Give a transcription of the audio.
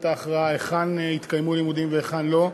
ההכרעה היכן יתקיימו הלימודים והיכן לא,